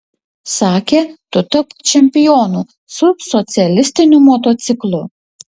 sakė tu tapk čempionu su socialistiniu motociklu